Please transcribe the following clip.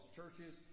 churches